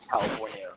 California